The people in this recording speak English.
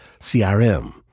CRM